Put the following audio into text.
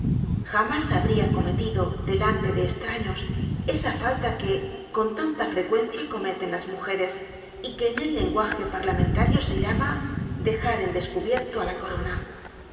jamás habría cometido delante de estraños esa falta que con tanta frecuencia cometen las mujeres y que en lenguaje parlamentario se llama dejar en descubierto á la corona